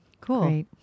Cool